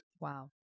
Wow